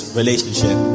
relationship